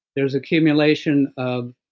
there's accumulation of